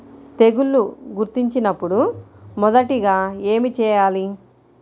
తెగుళ్లు గుర్తించినపుడు మొదటిగా ఏమి చేయాలి?